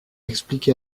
expliqué